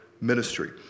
ministry